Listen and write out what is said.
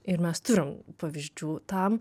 ir mes turim pavyzdžių tam